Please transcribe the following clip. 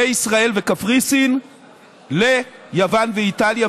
מישראל וקפריסין ליוון ואיטליה,